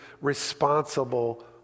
responsible